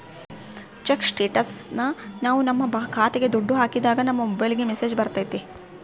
check ಸ್ಟೇಟಸ್ನ ನಾವ್ ನಮ್ ಖಾತೆಗೆ ದುಡ್ಡು ಹಾಕಿದಾಗ ನಮ್ ಮೊಬೈಲ್ಗೆ ಮೆಸ್ಸೇಜ್ ಬರ್ತೈತಿ